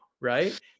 right